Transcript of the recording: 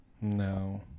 No